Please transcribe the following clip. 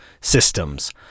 systems